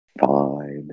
fine